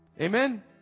Amen